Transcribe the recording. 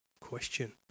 question